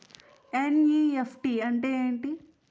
NEFT అంటే ఎంటి?